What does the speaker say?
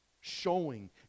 Showing